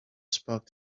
spoke